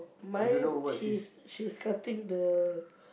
mine she's she's cutting the